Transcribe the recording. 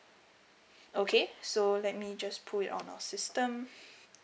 okay so let me just put it on our system